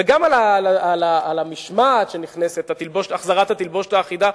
וגם על המשמעת, על החזרת התלבושת האחידה.